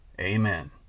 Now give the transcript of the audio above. Amen